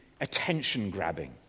attention-grabbing